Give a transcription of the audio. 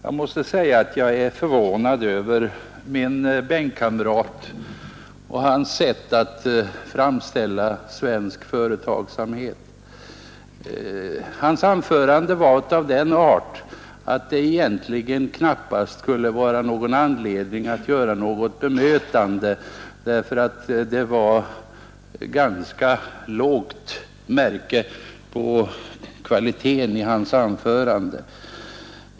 Fru talman! Jag är förvånad över min bänkkamrat och hans sätt att framställa svensk företagsamhet. Hans anförande var av sådan art att det egentligen knappast borde finnas anledning till ett bemötande. Det var ganska lågt märke på kvaliteten.